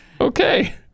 Okay